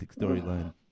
storyline